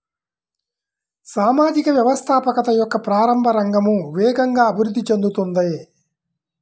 సామాజిక వ్యవస్థాపకత యొక్క ప్రారంభ రంగం వేగంగా అభివృద్ధి చెందుతోంది